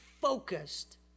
focused